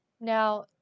Now